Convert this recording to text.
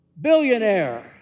billionaire